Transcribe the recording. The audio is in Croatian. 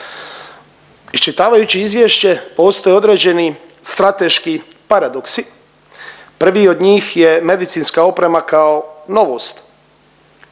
Iščitavajući izvješće postoje određeni strateški paradoksi. Prvi od njih je medicinska oprema kao novost